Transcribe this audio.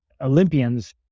Olympians